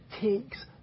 takes